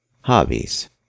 Hobbies